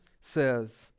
says